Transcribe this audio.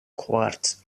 quartz